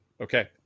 Okay